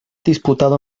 disputado